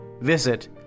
visit